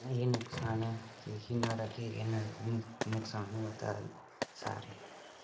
एह् नुकसान ऐ कि नुहाड़े केह् केह् न नकसान होआ दा सारे